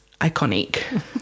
iconic